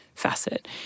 facet